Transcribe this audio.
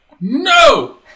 no